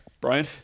Brian